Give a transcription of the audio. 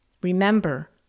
Remember